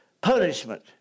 punishment